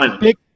big